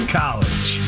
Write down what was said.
college